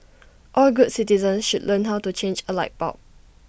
all good citizens should learn how to change A light bulb